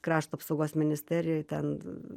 krašto apsaugos ministerijoj ten